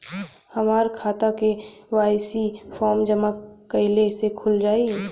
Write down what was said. हमार खाता KYC form जमा कइले से खुल जाई?